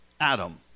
Adam